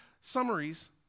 summaries